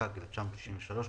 התשכ"ג 1963 ,